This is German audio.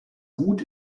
gut